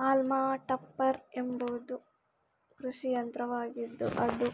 haulm topper ಎಂಬುದು ಕೃಷಿ ಯಂತ್ರವಾಗಿದ್ದು ಅದು